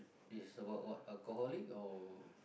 yes about what alcoholic or